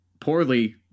poorly